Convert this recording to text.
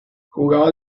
jugaba